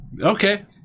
Okay